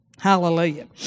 Hallelujah